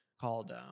called